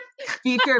feature